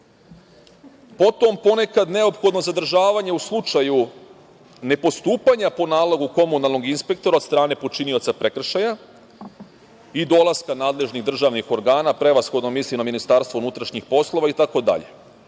Potom ponekad neophodno zadržavanje u slučaju nepostupanja po nalogu komunalnog inspektora od strane počinioca prekršaja i dolaska nadležnih državnih organa, prevashodno mislim na MUP itd. Pitanje je da